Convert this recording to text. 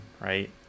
right